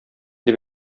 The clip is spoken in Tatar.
дип